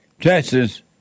Texas